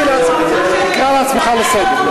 תקרא את עצמך לסדר.